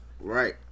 Right